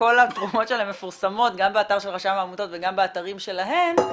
וכל התרומות שלהן מפורסמות גם באתר רשם העמותות וגם באתרים שלהן,